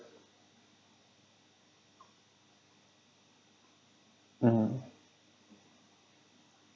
mm